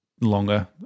longer